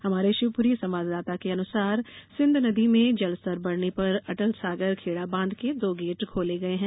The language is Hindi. हमारे शिवपुरी संवाददाता के अनुसार सिंध नदी में जल स्त्र बढ़ने पर अटलसागर खेड़ा बांध के दो गेट खोले गये हैं